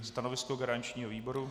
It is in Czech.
Stanovisko garančního výboru?